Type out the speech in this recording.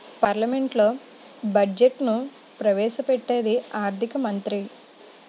పార్లమెంట్లో బడ్జెట్ను ప్రవేశ పెట్టేది ఆర్థిక మంత్రి